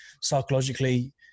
psychologically